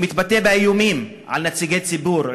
הוא מתבטא באיומים על נציגי ציבור,